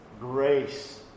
grace